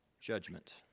judgment